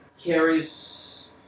carries